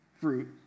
fruit